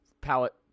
palette